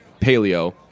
paleo